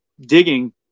digging